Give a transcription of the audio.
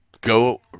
go